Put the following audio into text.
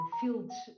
fields